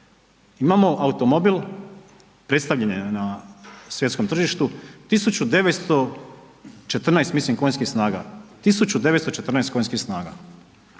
imamo automobil, predstavljen je na svjetskom tržištu, 1914 mislim konjskih snaga, 1914 konjskih snaga,